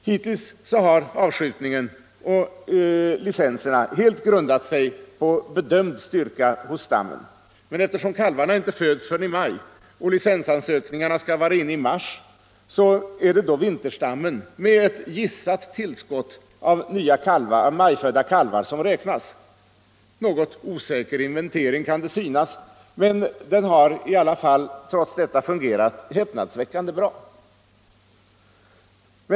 Hittills har avskjutningen och licenserna helt grundat sig på bedömd styrka hos stammen. Eftersom kalvarna inte föds förrän i maj och licenserna skall sökas i mars, är det då vinterstammen med gissat tillskott av majfödda kalvar som räknas — en något osäker inventering kan det synas, men den har trots detta fungerat häpnadsväckande bra.